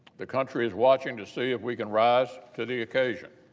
the country is watching to see if we can rise to the occasion.